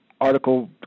article